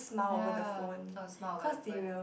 ya I will smile over the phone